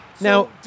Now